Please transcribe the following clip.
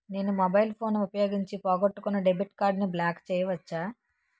నేను mobile phone ఉపయోగించి పోగొట్టుకున్న డెబిట్ కార్డ్ని బ్లాక్ చేయవచ్చా?